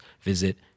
visit